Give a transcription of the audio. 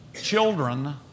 children